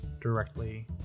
directly